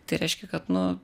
tai reiškia kad nu